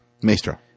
Maestro